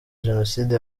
jenoside